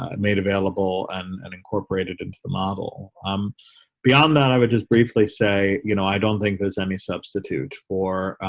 ah made available and and incorporated into the model um beyond that i would just briefly say you know i don't think there's any substitute for